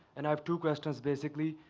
and i have two questions basically.